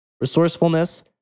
resourcefulness